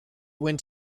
when